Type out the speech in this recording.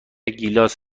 گیلاس